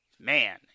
man